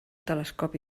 telescopi